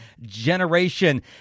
generation